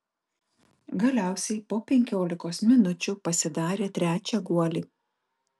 galiausiai po penkiolikos minučių pasidarė trečią guolį